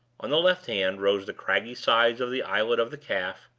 on the left hand rose the craggy sides of the islet of the calf,